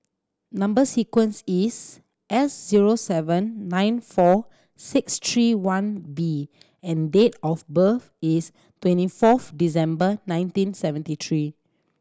number sequence is S zero seven nine four six three one V and date of birth is twenty fourth December nineteen seventy three